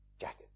jacket